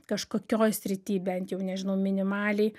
kažkokioj srity bent jau nežinau minimaliai